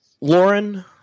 Lauren